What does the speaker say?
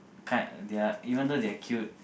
kind ya even thought they are cute